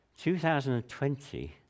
2020